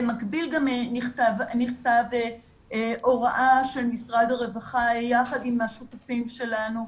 במקביל גם נכתבה הוראה של משרד הרווחה יחד עם השותפים שלנו,